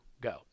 Go